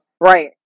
Right